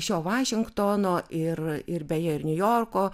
šio vašingtono ir ir beje ir niujorko